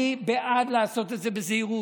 אני בעד לעשות את זה בזהירות,